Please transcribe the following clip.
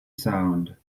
sound